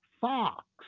Fox